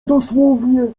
dosłownie